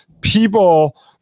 people